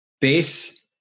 base